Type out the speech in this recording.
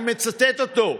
אני מצטט אותו.